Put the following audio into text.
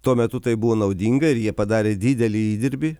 tuo metu tai buvo naudinga ir jie padarė didelį įdirbį